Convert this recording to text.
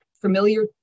familiar